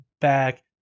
back